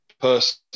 person